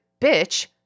bitch